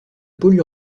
pôle